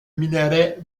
minerai